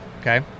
Okay